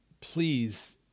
please